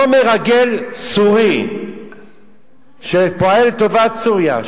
אותו מרגל סורי שפועל לטובת סוריה,